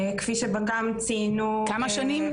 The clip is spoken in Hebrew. כמה שנים?